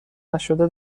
نشده